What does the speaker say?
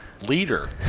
leader